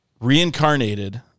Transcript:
reincarnated